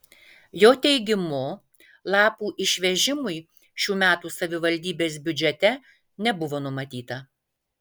jo teigimu lapų išvežimui šių metų savivaldybės biudžete nebuvo numatyta